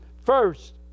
First